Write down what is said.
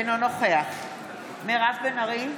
אינו נוכח מירב בן ארי,